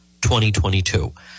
2022